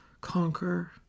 conquer